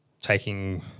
taking